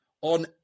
on